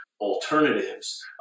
alternatives